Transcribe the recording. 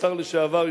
השר לשעבר,